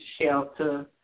shelter